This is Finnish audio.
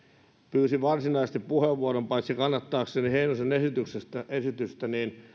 pyysin varsinaisesti puheenvuoron paitsi kannattaakseni heinosen esitystä myös